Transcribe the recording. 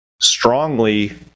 strongly